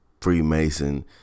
Freemason